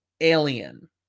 Alien